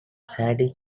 sanity